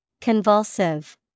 Convulsive